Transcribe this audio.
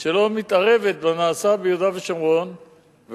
שלא מתערבת בנעשה ביהודה ושומרון,